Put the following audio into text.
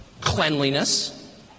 cleanliness